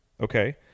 Okay